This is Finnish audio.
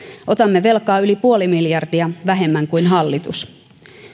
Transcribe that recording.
otamme velkaa yli puoli miljardia vähemmän kuin hallitus